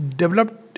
developed